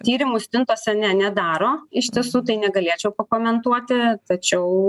tyrimų stintose ne nedaro iš tiesų tai negalėčiau pakomentuoti tačiau